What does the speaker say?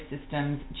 systems